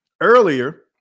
earlier